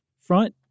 front